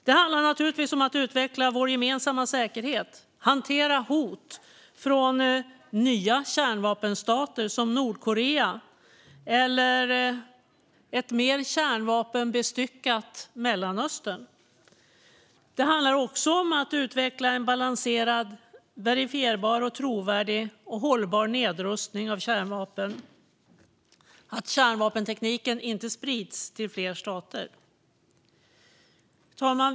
Det handlar naturligtvis om att utveckla vår gemensamma säkerhet och att hantera hot från nya kärnvapenstater som Nordkorea eller ett mer kärnvapenbestyckat Mellanöstern. Det handlar också om att utveckla en balanserad, verifierbar och trovärdig samt hållbar nedrustning av kärnvapen. Kärnvapentekniken ska inte spridas till fler stater. Fru talman!